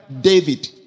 David